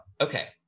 Okay